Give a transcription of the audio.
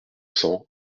cents